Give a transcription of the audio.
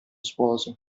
sposo